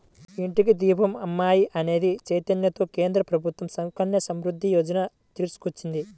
ఇంటికి దీపం అమ్మాయి అనే చైతన్యంతో కేంద్ర ప్రభుత్వం సుకన్య సమృద్ధి యోజన తీసుకొచ్చింది